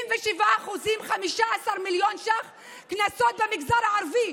77%, 15 מיליון שקלים קנסות במגזר הערבי,